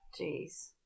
Jeez